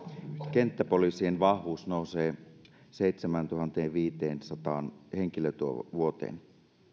kenttäpoliisien vahvuus nousee seitsemääntuhanteenviiteensataan henkilötyövuoteen